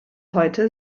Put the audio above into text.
heute